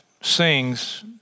sings